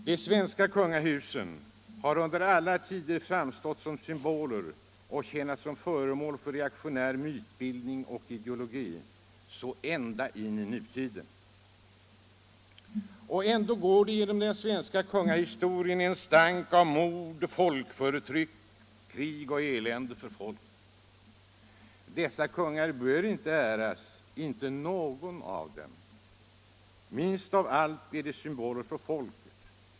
De svenska kungahusen har i alla tider framstått som symboler och tjänat som föremål för reaktionär mytbildning och ideologi, och så är det ända in i nutiden. Och ändå går genom den svenska kungahistorien en stank av mord, folkförtryck, krig och elände för folket. Dessa kungar bör inte äras, inte någon av dem. Minst av allt är de symboler för folket.